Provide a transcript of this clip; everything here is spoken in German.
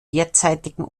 derzeitigen